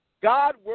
God